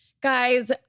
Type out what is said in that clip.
Guys